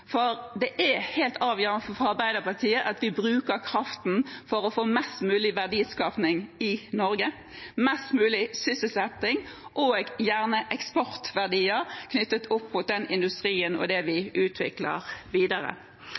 Det er helt avgjørende for Arbeiderpartiet at vi bruker kraften for å få mest mulig verdiskaping i Norge, mest mulig sysselsetting, og gjerne eksportverdier knyttet opp mot denne industrien og det vi utvikler videre.